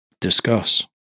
discuss